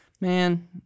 man